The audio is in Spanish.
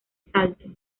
salto